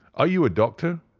are you a doctor?